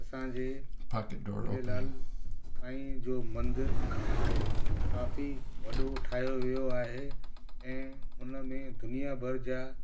असांजे झूलेलाल साईं जो मंदरु काफ़ी वॾो ठाहियो वियो आहे ऐं उन में दुनिया भर जा